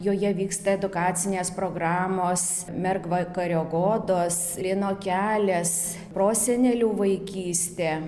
joje vyksta edukacinės programos mergvakario godos lino kelias prosenelių vaikystė